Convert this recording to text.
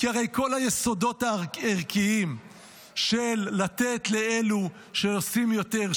כי הרי כל היסודות הערכיים של לתת לאלו שעושים יותר,